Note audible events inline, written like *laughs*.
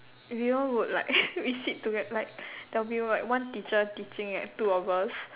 we all would like *laughs* we sit toge~ like there'll be like one teacher teaching like two of us